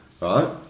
right